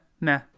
nah